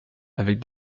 avec